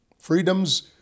freedoms